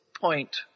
point